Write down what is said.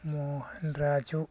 Mohan Raju